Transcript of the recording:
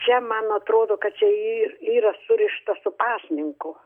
čia man atrodo kad čia yra surišta su pasninku